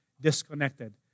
disconnected